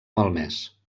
malmès